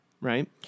right